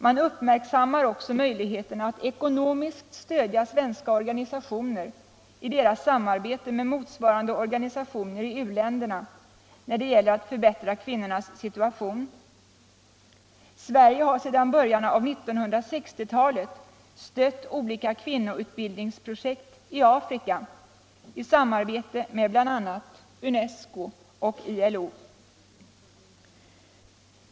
Man uppmärksammar också möjligheterna att ekonomiskt stödja svenska organisationer i deras samarbete med motsvarande organisationer i u-länderna när det gäller att förbättra kvinnornas situation. Sverige har sedan början av 1960-talet stött olika kvinnoutbildningprojekt i Afrika i samarbete med bl.a. UNES CO och ILO.